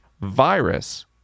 virus